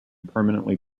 permanently